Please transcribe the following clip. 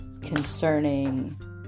concerning